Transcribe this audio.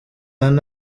ane